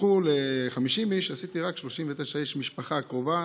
כשפתחו ל-50 איש עשיתי רק ל-39 איש, משפחה קרובה.